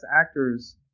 actors